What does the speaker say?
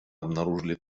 обнаружили